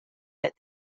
that